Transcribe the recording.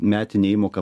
metinė įmoka